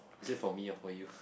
is it for me or for you